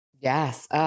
Yes